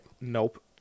Nope